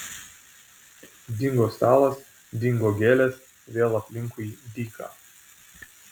dingo stalas dingo gėlės vėl aplinkui dyka